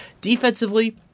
Defensively